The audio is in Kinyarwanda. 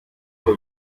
uko